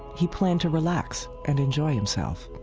he planned to relax and enjoy himself.